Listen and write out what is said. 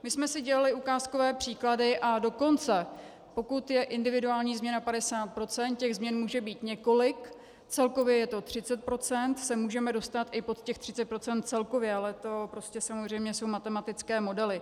My jsme si dělali ukázkové příklady, a dokonce pokud je individuální změna 50 %, těch změn může být několik, celkově je to 30 %, se můžeme dostat i pod těch 30 % celkově, ale to samozřejmě jsou matematické modely.